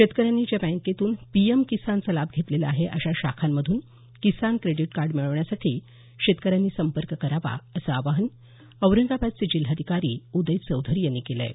शेतकऱ्यांनी ज्या बँकेतून पीएम किसानचा लाभ घेतलेला आहे अशा शाखांतून किसान क्रेडीट कार्ड मिळवण्यासाठी शेतकऱ्यांनी संपर्क करावा असं आवाहन औरंगाबादचे जिल्हाधिकारी उदय चौधरी यांनी केलं आहे